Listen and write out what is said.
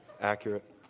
accurate